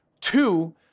Two